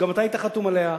שגם אתה היית חתום עליה,